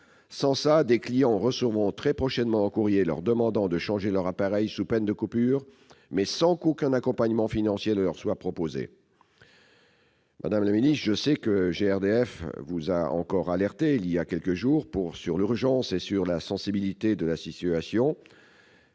Sans cela, des clients recevront très prochainement un courrier leur demandant de changer leur appareil sous peine de coupure, mais sans qu'aucun accompagnement financier leur soit proposé. Madame la ministre, je sais que Gaz Réseau Distribution France, GRDF, vous a encore alerté, il y a quelques jours, sur l'urgence et sur la sensibilité de la situation